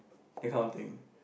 that kind of thing